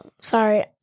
sorry